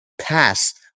pass